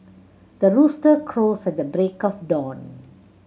the rooster crows at the break of dawn